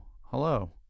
Hello